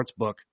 sportsbook